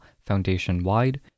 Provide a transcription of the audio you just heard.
foundation-wide